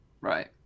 Right